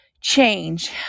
change